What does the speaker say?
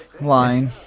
line